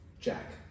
Jack